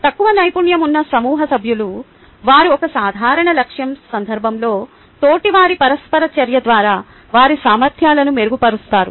తక్కువ నైపుణ్యం ఉన్న సమూహ సభ్యులు వారు ఒక సాధారణ లక్ష్యం సందర్భంలో తోటివారి పరస్పర చర్య ద్వారా వారి సామర్థ్యాలను మెరుగుపరుస్తారు